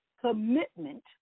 commitment